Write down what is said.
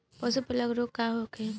पशु प्लग रोग का होखे?